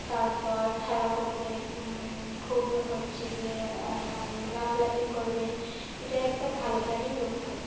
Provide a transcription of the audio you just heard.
তারপর খেলা করবে খুব হচ্ছে গিয়ে লাফালাফি করবে এটাই একটা ভালো প্রাণীর লক্ষণ